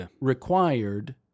required